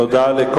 תודה.